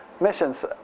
missions